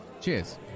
Cheers